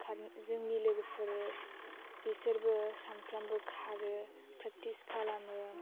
खार जोंनि लोगोफोर बिसोरबो सानफ्रोमबो खारो फ्रेकथिस खालामो